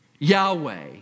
Yahweh